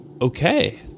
okay